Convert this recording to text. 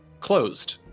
closed